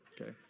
Okay